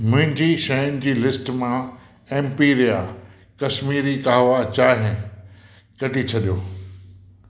मुंहिंजी शयुनि जी लिस्ट मां एम्पेरिया कश्मीरी काहवा चांहि कढी छॾियो